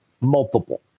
multiple